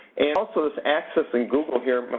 and also this accessing google here,